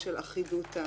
עמ' 7, 57א. זה תחילת הפרק.